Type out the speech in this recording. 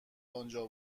آنجا